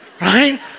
right